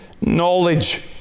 knowledge